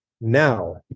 now